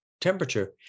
temperature